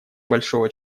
большого